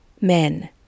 men